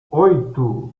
oito